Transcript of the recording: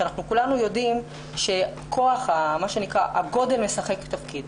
כולנו יודעים שהגודל משחק תפקיד.